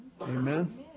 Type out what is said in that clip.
Amen